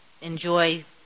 enjoy